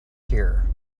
here